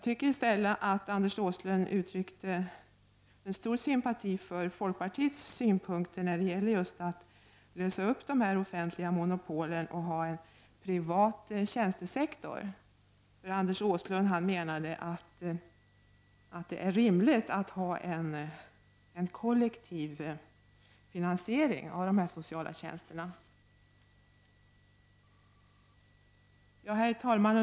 Anders Åslund uttryckte enligt min mening en stor sympati för folkpartiets synpunkter i fråga om att lösa upp de offentliga monopolen och i stället ha en privat tjänstesektor. Anders Åslund menade att det är rimligt att ha en kollektiv finansiering av de sociala tjänsterna. Herr talman!